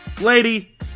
Lady